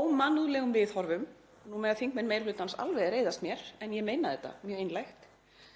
ómannúðlegum viðhorfum — nú mega þingmenn meiri hlutans alveg reiðast mér en ég meina þetta mjög einlægt